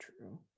true